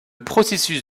processus